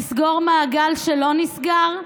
לסגור מעגל שלא נסגר,